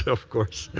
of course.